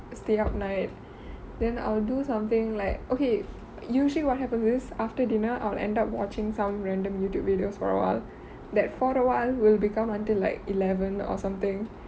stay up night then I'll do something like okay usually what happens is after dinner I'll end up watching some random youtube videos for awhile that for awhile will become until like eleven or something